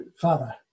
father